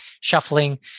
shuffling